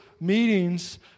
meetings